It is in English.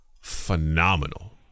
phenomenal